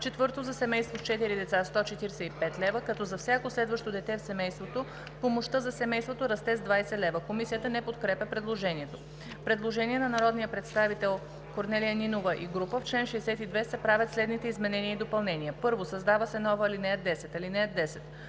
лв.; 4. за семейство с четири деца – 145 лв., като за всяко следващо дете в семейството помощта за семейството расте с 20 лв.“ Комисията не подкрепя предложението. Предложение на народния представител Корнелия Нинова и група: „В чл. 62 се правят следните изменения и допълнения: 1. Създава се нова ал. 10: „(10)